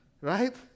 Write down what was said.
Right